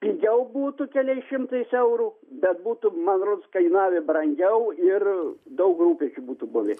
pigiau būtų keliais šimtais eurų bet būtų man rods kainavę brangiau ir daug rūpesčių būtų buvę